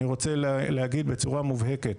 אני רוצה להגיד בצורה מובהקת,